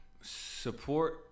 Support